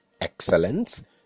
excellence